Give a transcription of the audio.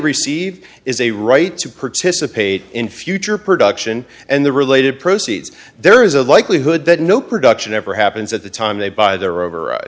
receive is a right to participate in future production and the related proceeds there is a likelihood that no production ever happens at the time they buy their over